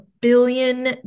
billion